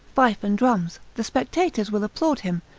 fife and drums, the spectators will applaud him,